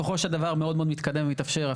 ככל שהדבר מאוד מאוד מתקדם ומתאפשר,